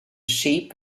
sheep